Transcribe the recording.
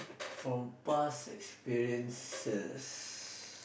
from past experiences